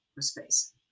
space